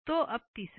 तो अब तीसरा